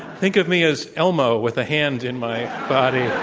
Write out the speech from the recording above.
think of me as elmo with a hand in my body.